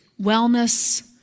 Wellness